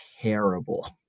terrible